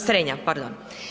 Strenja, pardon.